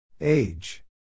Age